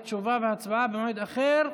התשפ"א 2021. תשובה והצבעה במועד אחר.